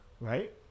Right